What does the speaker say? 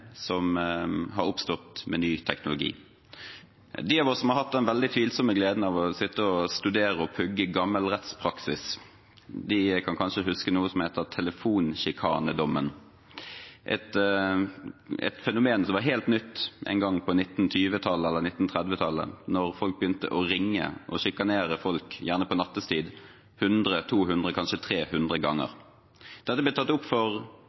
som har oppstått med ny teknologi. De av oss som har hatt den veldig tvilsomme gleden av å sitte og studere og pugge gammel rettspraksis, kan kanskje huske noe som heter telefonsjikanedommen, et fenomen som var helt nytt en gang på 1920- eller 1930-tallet da folk begynte å ringe og sjikanere folk, gjerne på nattetid, 100, 200 kanskje 300 ganger. Da det ble tatt opp for